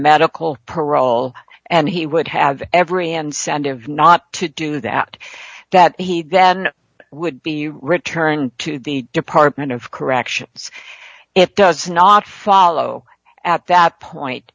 medical parole and he would have every incentive not to do that that he then would be returned to the department of corrections it does not follow at that point